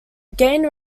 gained